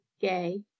gay